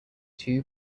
two